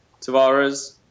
Tavares